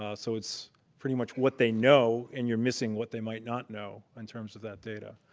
ah so it's pretty much what they know, and you're missing what they might not know in terms of that data.